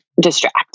distract